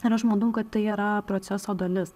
ir aš manau kad tai yra proceso dalis